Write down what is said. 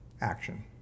action